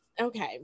Okay